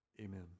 amen